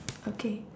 okay